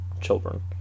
children